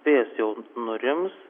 vėjas jau nurims